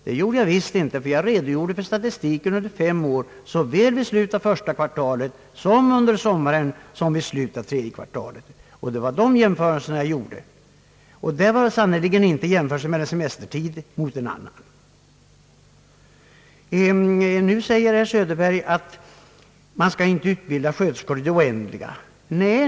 Det gjorde jag visst inte, ty jag redogjorde för statistiken under fem år såväl vid slutet av första kvartalet som under sommaren och vid slutet av tredje kvartalet. Det var de jämförelserna jag gjorde. Det var sannerligen inte några jämförelser mellan en semestertid och en annan som jag gjorde. Herr Söderberg säger att man inte bör utbilda sjuksköterskor i det oändliga.